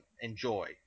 enjoy